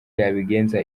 yabigenza